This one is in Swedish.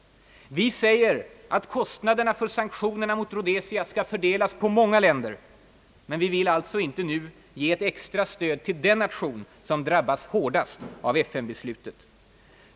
Vi säger att kostnaderna för sanktionerna mot Rhodesia skall fördelas på många länder — men vi vill alltså inte nu ge extra stöd till den nation som drabbas hårdast av FN-beslutet.